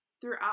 throughout